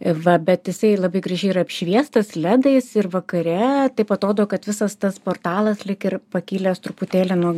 va bet jisai labai gražiai yra apšviestas ledais ir vakare taip atrodo kad visas tas portalas lyg ir pakilęs truputėlį nuo